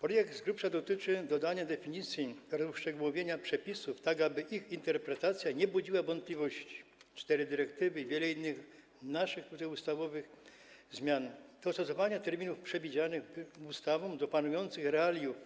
Projekt z grubsza dotyczy dodania definicji oraz uszczegółowienia przepisów, tak aby ich interpretacja nie budziła wątpliwości - cztery dyrektywy i wiele innych naszych ustawowych zmian - dostosowania terminów przewidzianych ustawą do panujących realiów,